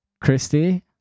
Christy